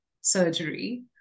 surgery